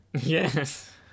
Yes